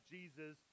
Jesus